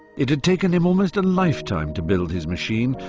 it had taken him almost a lifetime to build his machine.